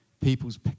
people's